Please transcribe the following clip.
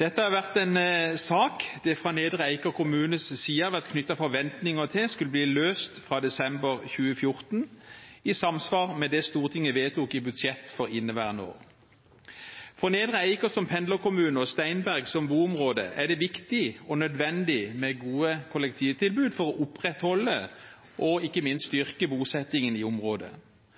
Dette har vært en sak det fra Nedre Eiker kommunes side har vært knyttet forventninger til at skulle bli løst fra desember 2014, i samsvar med det Stortinget vedtok i budsjettet for inneværende år. I Nedre Eiker som pendlerkommune og i Steinberg som boområde er det viktig og nødvendig med gode kollektivtilbud for å opprettholde og, ikke minst, styrke bosettingen i området.